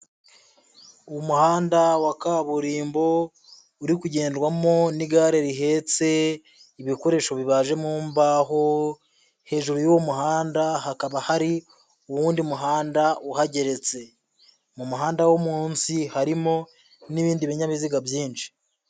Umuhanda wa kaburimbo uri kugendwamo n'igare rihetse ibikoresho bibaje mu mbaho, hejuru y'uwo muhanda hakaba hari uwundi muhanda uhageretse, mu muhanda wo munsi harimo n'ibindi binyabiziga byinshi.